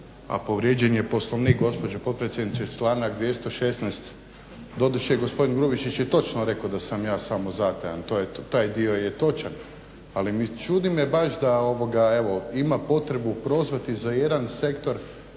Povrijeđen je Poslovnik gospođo potpredsjednice članak 216. Doduše gospodin Grubišić je točno rekao da sam ja samozatajan. Taj dio je točan, ali čudi me baš da evo ima potrebu prozvati za jedan sektor